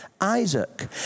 Isaac